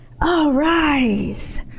Arise